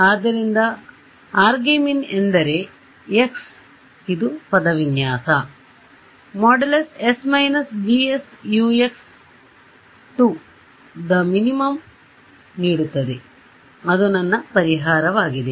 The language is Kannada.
ಆದ್ದರಿಂದ argmin ಎಂದರೆ x ಇದು ಪದವಿನ್ಯಾಸ ||s − GS Ux||2 ದ ಮಿನಿಮಮ್ ನೀಡುತ್ತದೆ ಅದು ನನ್ನ ಪರಿಹಾರವಾಗಿದೆ